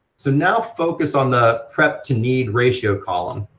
so now focus on the prep-to-need ratio column.